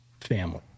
family